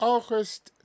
August